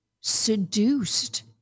seduced